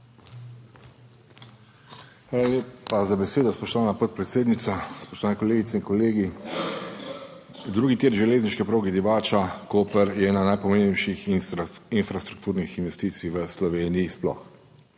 Hvala lepa za besedo, spoštovana podpredsednica. Spoštovani kolegice in kolegi! Drugi tir železniške proge Divača–Koper je ena najpomembnejših infrastrukturnih investicij v Sloveniji sploh.